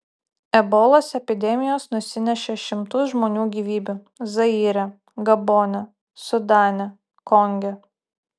ebolos epidemijos nusinešė šimtus žmonių gyvybių zaire gabone sudane konge